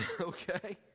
Okay